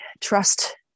Trust